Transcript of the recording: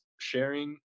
sharing